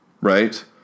Right